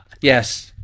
Yes